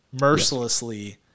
mercilessly